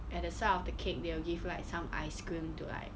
at the side of the cake they will give like some ice cream to like